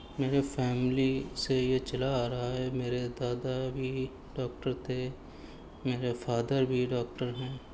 میری فیملی سے یہ چلا آ رہا ہے میرے دادا بھی ڈاکٹر تھے میرے فادر بھی ڈاکٹر ہیں